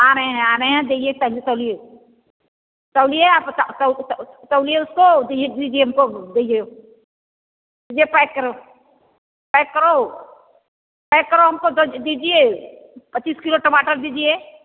आ रहे हैं आ रहे हैं जल्दी तोलिए तोलिए आप तोलिए उसको और दीजिए हमको ये पएक करो पएक करो पैक करो हमको दीजिए पच्चीस किलो टमाटर दीजिए